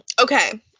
Okay